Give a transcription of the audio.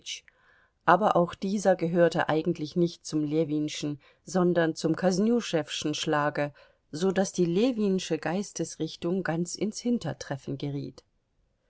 aber auch dieser gehörte eigentlich nicht zum ljewinschen sondern zum kosnüschewschen schlage so daß die ljewinsche geistesrichtung ganz ins hintertreffen geriet